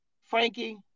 Frankie